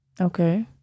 Okay